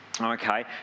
okay